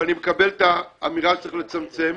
ואני מקבל את האמירה שיש לצמצמו,